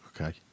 Okay